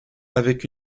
avec